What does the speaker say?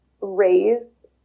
raised